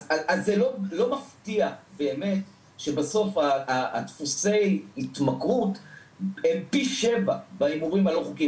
זה לא מפתיע שבסוף דפוסי ההתמכרות הם פי 7 בהימורים הלא חוקיים.